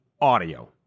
audio